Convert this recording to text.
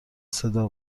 صدا